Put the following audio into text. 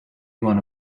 one